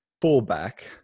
fullback